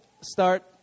start